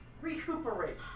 recuperate